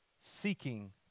seeking